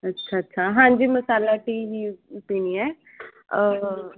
ਅੱਛਾ ਅੱਛਾ ਹਾਂਜੀ ਮਸਾਲਾ ਟੀ ਹੀ ਪੀਣੀ ਹੈ